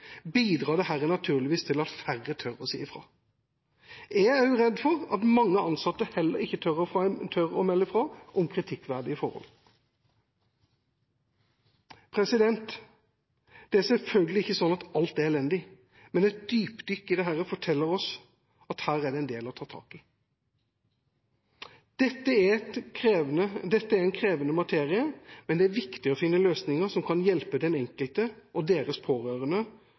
bidrar dette naturligvis til at færre tør å si fra. Jeg er også redd for at mange ansatte heller ikke tør å melde fra om kritikkverdige forhold. Det er selvfølgelig ikke sånn at alt er elendig, men et dypdykk i dette forteller oss at her er det en del å ta tak i. Dette er en krevende materie, men det er viktig å finne løsninger som kan hjelpe den enkelte og deres pårørende,